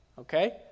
okay